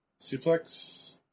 Suplex